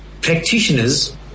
practitioners